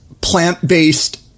plant-based